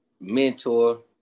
mentor